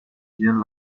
jean